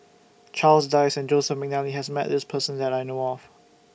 Charles Dyce Joseph Mcnally has Met This Person that I know of